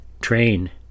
Train